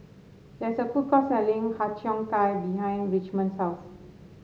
there is a food court selling Har Cheong Gai behind Richmond's house